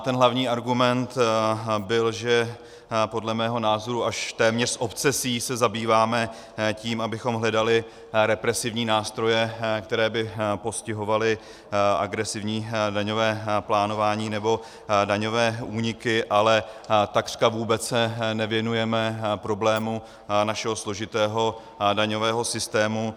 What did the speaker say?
Ten hlavní argument byl, že podle mého názoru až téměř s obsesí se zabýváme tím, abychom hledali represivní nástroje, které by postihovaly agresivní daňové plánování nebo daňové úniky, ale takřka vůbec se nevěnujeme problému našeho složitého daňového systému.